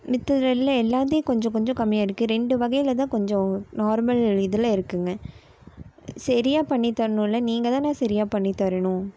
மத்த இதில் எல்லா எல்லாத்திலியும் கொஞ்சம் கொஞ்சம் கம்மியாக இருக்குது ரெண்டு வகையில் தான் கொஞ்சம் நார்மல் இதில் இருக்குங்க சரியா பண்ணித் தரணுல நீங்கள் தானே சரியா பண்ணித்தரணும்